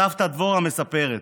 סבתא דבורה מספרת: